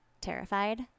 terrified